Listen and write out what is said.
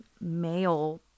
male